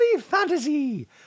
fantasy